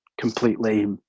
completely